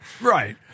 right